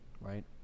Right